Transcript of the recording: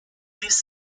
this